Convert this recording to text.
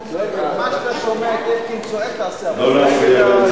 2 של קבוצת סיעת חד"ש לסעיף 1 לא נתקבלה.